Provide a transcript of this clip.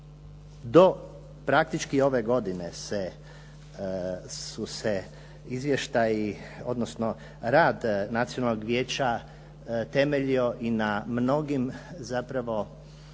do praktički ove godine su se izvještaji odnosno rad Nacionalnog vijeća temeljio i na mnogim zapravo